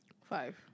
Five